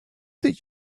that